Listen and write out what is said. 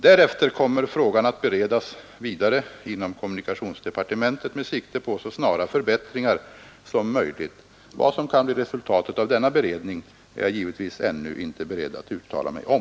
Därefter kommer frågan att beredas vidare inom kommunikationsdepartementet med sikte på så snara förbättringar som möjligt. Vad som kan bli resultatet av denna beredning är jag givetvis ännu inte beredd att uttala mig om.